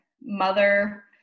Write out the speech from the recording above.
mother